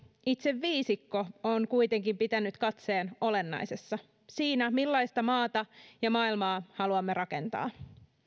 itse viisikko on kuitenkin pitänyt katseen olennaisessa siinä millaista maata ja maailmaa haluamme rakentaa